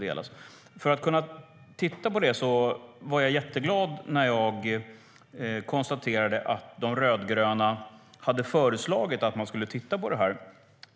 Jag var jätteglad när jag konstaterade att de rödgröna hade föreslagit en sådan översyn.